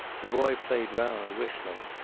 the boy played round, whistling.